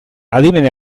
adimen